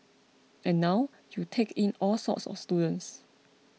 and now you take in all sorts of students